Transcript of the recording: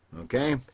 Okay